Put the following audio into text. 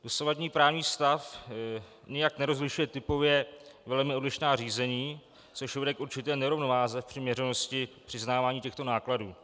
Dosavadní právní stav nijak nerozlišuje typově velmi odlišná řízení, což vede k určité nerovnováze v přiměřenosti přiznávání těchto nákladů.